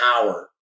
power